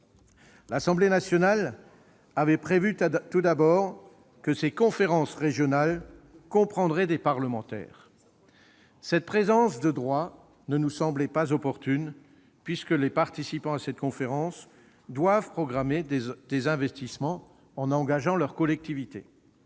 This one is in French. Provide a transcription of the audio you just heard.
L'Assemblée nationale avait prévu tout d'abord que ces conférences régionales comprendraient des parlementaires. Cette présence de droit ne nous semblait pas opportune, puisque les participants à une telle conférence doivent programmer des investissements en engageant leurs collectivités.